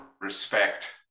respect